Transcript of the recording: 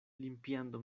limpiando